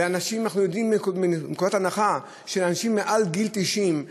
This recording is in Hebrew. ואנחנו יוצאים מנקודת הנחה שאנשים מעל גיל 90,